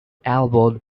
elbowed